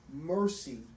mercy